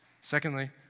Secondly